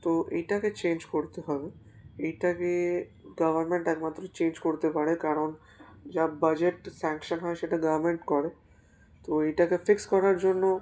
তো এটাকে চেঞ্জ করতে হবে এটাকে গভর্নমেন্ট একমাত্র চেঞ্জ করতে পারে কারণ যা বাজেট স্যাংশন হয় সেটা গভর্নমেন্ট করে তো এটাকে ফিক্স করার জন্য